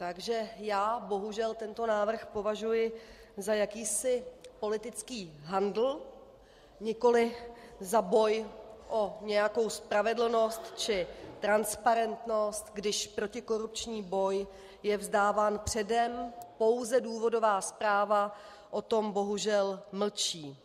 Takže já bohužel tento návrh považuji za jakýsi politický handl, nikoliv za boj o nějakou spravedlnost či transparentnost, když protikorupční boj je vzdáván předem, pouze důvodová zpráva o tom bohužel mlčí.